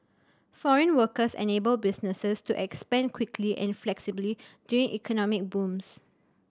foreign workers enable businesses to expand quickly and flexibly during economic booms